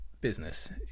business